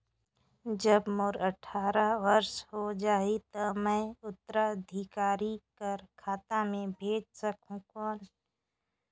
जब मोर अट्ठारह वर्ष हो जाहि ता मैं उत्तराधिकारी कर खाता मे भेज सकहुं कौन?